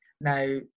now